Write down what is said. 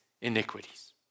iniquities